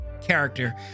character